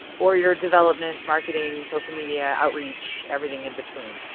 or you are development, marketing, social media, outreach, everything in between.